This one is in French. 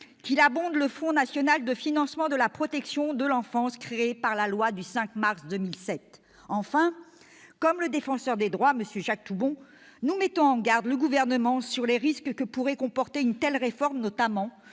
national de financement de la protection de l'enfance créé par la loi du 5 mars 2007. Enfin, comme le Défenseur des droits, M. Jacques Toubon, nous mettons en garde le Gouvernement « sur les risques que pourrait comporter une telle réforme, notamment